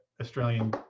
australian